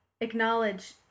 acknowledge